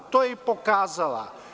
To je i pokazala.